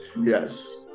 Yes